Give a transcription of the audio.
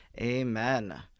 Amen